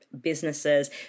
businesses